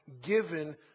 given